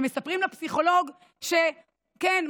ומספרים לפסיכולוג שכן,